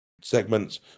segments